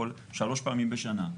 שלוש פעמים בשנה,